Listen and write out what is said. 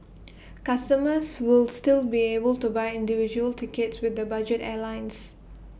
customers will still be able to buy individual tickets with the budget airlines